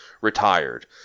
retired